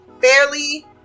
fairly